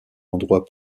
endroit